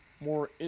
more